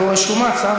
את לא רשומה, צר לי.